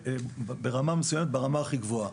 ברמה מסוימת, ברמה הכי גבוהה.